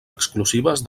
exclusives